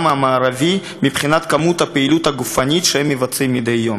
המערבי מבחינת היקף הפעילות הגופנית שהם מבצעים מדי יום.